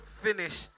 finish